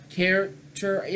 character